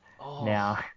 now